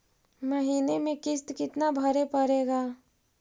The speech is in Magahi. महीने में किस्त कितना भरें पड़ेगा?